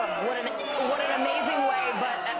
what an what an amazing way, but